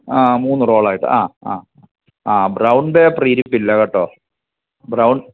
ആ മൂന്ന് റോളായിട്ട് ആ ആ ആ ബ്രൗൺ പേപ്പർ ഇരിപ്പില്ല കേട്ടോ ബ്രൗൺ